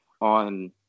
on